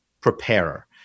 preparer